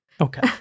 Okay